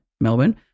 Melbourne